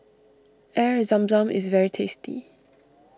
Air Zam Zam is very tasty